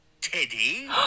Teddy